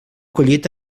collit